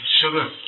sugar